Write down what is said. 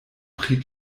pri